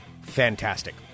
Fantastic